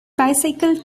bicycle